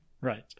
Right